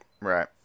Right